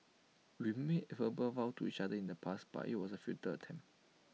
we made verbal vows to each other in the past but IT was A futile attempt